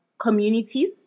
communities